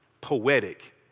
poetic